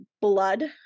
blood